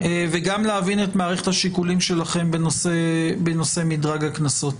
וגם להבין את מערכת השיקולים שלכם בנושא מדרג הקנסות.